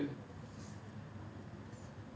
நீ உனக்கு உண்மையா இரு:nee unaku unmaiyaa iru